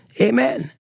Amen